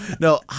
No